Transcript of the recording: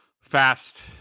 Fast